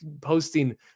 posting